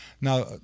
now